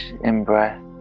in-breath